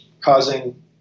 causing